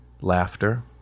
Laughter